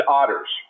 otters